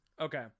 Okay